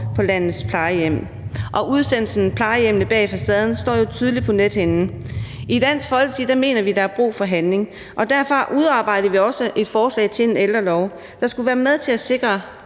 på landets plejehjem. Udsendelsen »Plejehjemmene bag facaden« står jo tydeligt på nethinden. I Dansk Folkeparti mener vi, der er brug for handling, og derfor udarbejdede vi også et forslag til en ældrelov, der skulle være med til at sikre